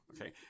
Okay